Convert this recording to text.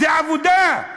זה עבודה.